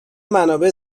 منابع